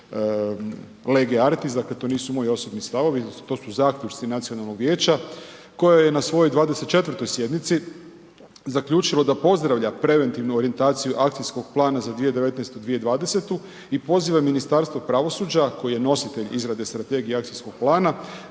legi artis, dakle to nisu moji osobni stavovi, to su zaključci nacionalnog vijeća koje je na svojoj 24. sjednici zaključilo da pozdravlja preventivnu orijentaciju akcijskog plana za 2019./2020. i poziva Ministarstvo pravosuđa koji je nositelj izrade strategije akcijskog plana